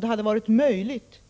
Det hade redan förra våren varit möjligt